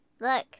Look